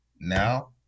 now